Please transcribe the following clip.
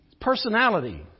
personality